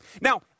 Now